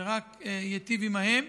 זה רק ייטיב עימם,